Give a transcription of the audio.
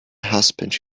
husband